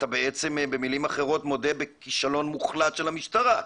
אתה בעצם במילים אחרות מודה בכישלון מוחלט של המשטרה.